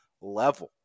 level